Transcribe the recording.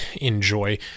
enjoy